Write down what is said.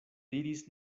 diris